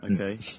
Okay